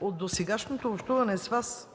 от досегашното общуване с Вас